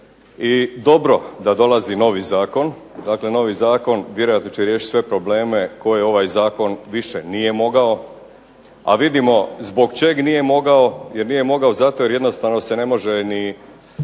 i dobro da dolazi novi zakon, dakle novi zakon vjerojatno će riješiti sve probleme koje ovaj zakon više nije mogao, a vidimo zbog čega nije mogao jer nije mogao zato jer jednostavno se ne može ni